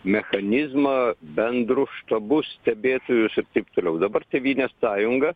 mechanizmą bendrus štabus stebėtojus ir taip toliau dabar tėvynės sąjunga